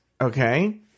okay